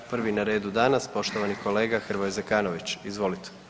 Prvi na redu danas poštovani kolega Hrvoje Zekanović, izvolite.